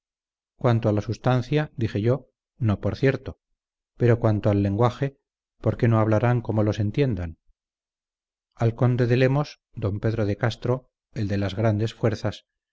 cuanto a la substancia dije yo no por cierto pero cuanto al lenguaje por qué no hablarán como los entiendan al conde de lemos don pedro de castro el de las grandes fuerzas